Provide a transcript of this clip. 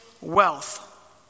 wealth